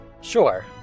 sure